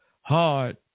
hard